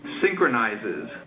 synchronizes